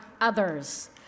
others